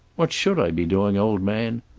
what should i be doing, old man?